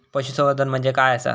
पशुसंवर्धन म्हणजे काय आसा?